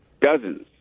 dozens